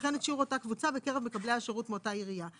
וכן את שיעור אותה קבוצה בקרב מקבלי השירות מאותה עירייה.